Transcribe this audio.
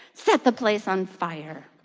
set the place on fire